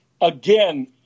again